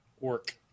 work